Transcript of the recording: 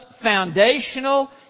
foundational